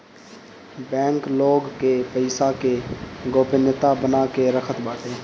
bank लोग के पईसा के गोपनीयता बना के रखत बाटे